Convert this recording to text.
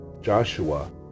Joshua